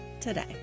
today